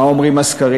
מה אומרים הסקרים?